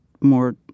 more